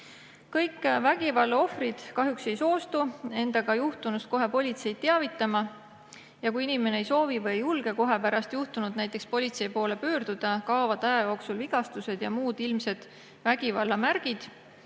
Kõik vägivallaohvrid kahjuks ei soostu endaga juhtunust kohe politseid teavitama. Kui inimene ei soovi või ei julge kohe pärast juhtunut näiteks politsei poole pöörduda, kaovad aja jooksul vigastused ja muud ilmsed vägivallamärgid,